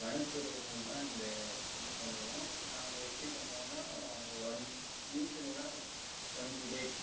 வனத்துறையில் தான் இந்த இது பண்ணுவோம் நாங்கள் எப்படி பண்ணுவோன்னால் ஒன் மந்த் இல்லைன்னா டொண்ட்டி டேட்ஸ்